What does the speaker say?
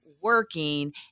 working